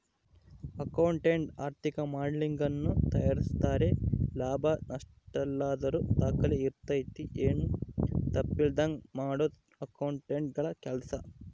accountant ಆರ್ಥಿಕ ಮಾಡೆಲಿಂಗನ್ನ ತಯಾರಿಸ್ತಾರೆ ಲಾಭ ನಷ್ಟಯಲ್ಲದರ ದಾಖಲೆ ಇರ್ತತೆ, ಏನು ತಪ್ಪಿಲ್ಲದಂಗ ಮಾಡದು ಅಕೌಂಟೆಂಟ್ನ ಕೆಲ್ಸ